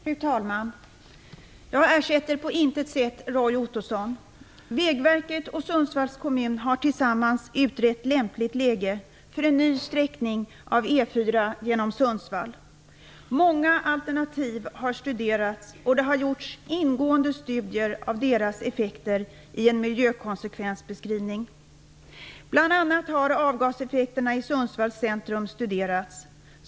Fru talman! Jag ersätter på intet sätt Roy Ottosson. Vägverket och Sundsvalls kommun har tillsammans utrett lämpligt läge för en ny sträckning av Många alternativ har studerats och det har gjorts ingående studier av deras effekter i en miljökonsekvensbeskrivning. Bl.a. har avgaseffekterna i Sundsvalls centrum studerats.